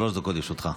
שלוש דקות לרשותך.